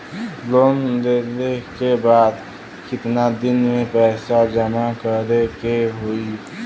Loan लेले के बाद कितना दिन में पैसा जमा करे के होई?